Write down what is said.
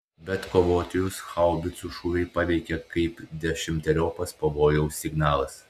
bet kovotojus haubicų šūviai paveikė kaip dešimteriopas pavojaus signalas